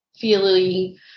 feeling